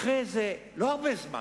אחרי לא הרבה זמן,